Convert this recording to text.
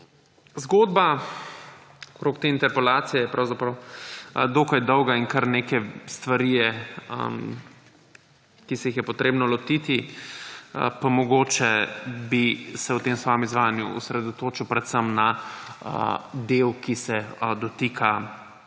Zgodba okrog te interpelacije je pravzaprav dokaj dolga in kar nekaj stvari je, ki se jih je potrebno lotiti. Mogoče bi se v tem svojem izvajanju osredotočil predvsem na del, ki se dotika